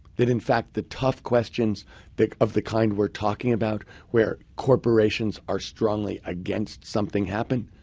that in fact the tough questions of the kind we're talking about, where corporations are strongly against something happening,